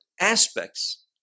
aspects